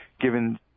given